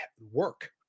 work